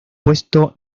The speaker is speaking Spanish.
puesto